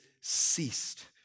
ceased